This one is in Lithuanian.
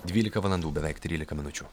dvylika valandų beveik trylika minučių